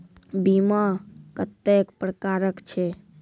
बीमा कत्तेक प्रकारक छै?